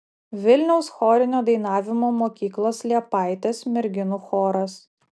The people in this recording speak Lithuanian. vilniaus chorinio dainavimo mokyklos liepaitės merginų choras